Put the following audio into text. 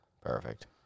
Perfect